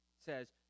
says